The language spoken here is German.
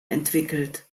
entwickelt